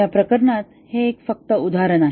या प्रकरणात हे फक्त एक उदाहरण आहे